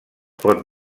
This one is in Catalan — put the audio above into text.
pot